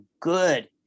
good